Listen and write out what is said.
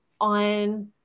on